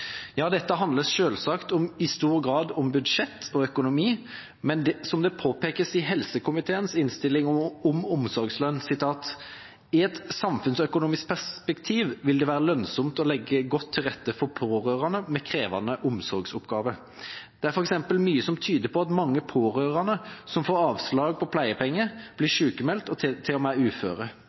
Ja, dette handler selvsagt i stor grad om budsjett og økonomi, men som det påpekes i helsekomiteens innstilling om omsorgslønn: «Komiteen viser til at det i et samfunnsøkonomisk perspektiv vil være lønnsomt å legge godt til rette for pårørende med krevende omsorgsoppgaver. Det er for eksempel mye som tyder på at mange pårørende som får avslag på pleiepenger, blir sykmeldt og til og med uføre.